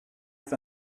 for